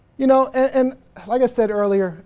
you know, and like i said earlier